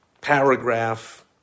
paragraph